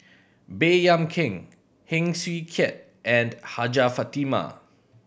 Baey Yam Keng Heng Swee Keat and Hajjah Fatimah